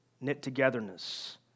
knit-togetherness